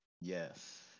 Yes